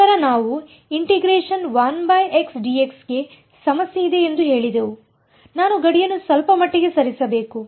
ನಂತರ ನಾವು ಗೆ ಸಮಸ್ಯೆ ಇದೆ ಎಂದು ಹೇಳಿದೆವು ನಾನು ಗಡಿಯನ್ನು ಸ್ವಲ್ಪಮಟ್ಟಿಗೆ ಸರಿಸಬೇಕು